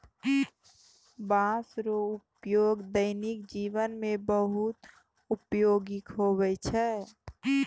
बाँस रो उपयोग दैनिक जिवन मे बहुत उपयोगी हुवै छै